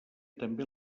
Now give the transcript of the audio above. també